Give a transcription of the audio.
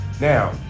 Now